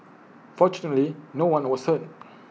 fortunately no one was hurt